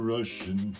Russian